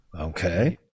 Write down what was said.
Okay